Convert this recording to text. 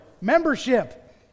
membership